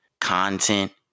content